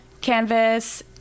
canvas